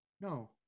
No